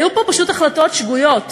היו פה פשוט החלטות שגויות.